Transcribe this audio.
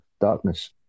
darkness